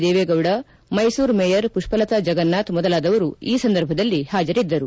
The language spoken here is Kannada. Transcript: ದೇವೇಗೌಡ ಮೈಸೂರು ಮೇಯರ್ ಪುಷ್ಪಲತಾ ಜಗನ್ನಾಥ್ ಮೊದಲಾದವರು ಈ ಸಂದರ್ಭದಲ್ಲಿ ಹಾಜರಿದ್ದರು